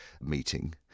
meeting